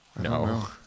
No